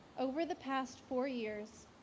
over the past four years,